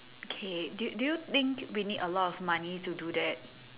okay do you do you think we need a lot of money to do that